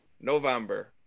November